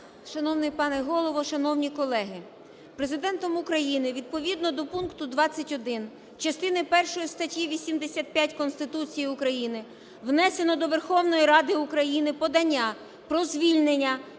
Шановний пане Голово, шановні колеги! Президентом України відповідно до пункту 21 частини першої статті 85 Конституції України внесено до Верховної Ради України подання про звільнення